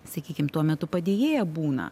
sakykim tuo metu padėjėja būna